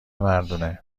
مردونه